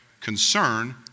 Concern